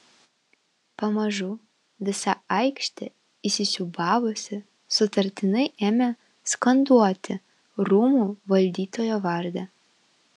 pamažu visa aikštė įsisiūbavusi sutartinai ėmė skanduoti rūmų valdytojo vardą